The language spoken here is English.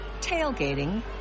tailgating